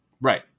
Right